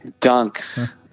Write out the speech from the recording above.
Dunks